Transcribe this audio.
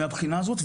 מהבחינה הזאת,